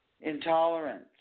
Intolerance